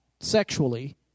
sexually